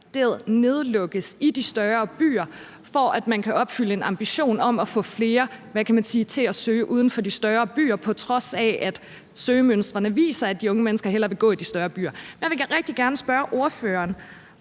nedlægges i de større byer, for at man kan opfylde en ambition om at få flere til at søge uden for de større byer, på trods af at søgemønstrene viser, at de unge mennesker hellere vil gå i de større byer. Der vil jeg rigtig gerne spørge ordføreren,